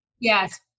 Yes